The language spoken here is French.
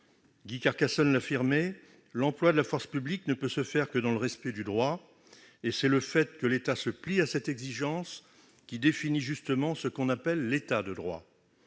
Guy Carcassonne l'affirmait :« L'emploi de la force publique ne peut se faire que dans le respect du droit, et c'est le fait que l'État se plie à cette exigence qui définit justement ce qu'on appelle l'État de droit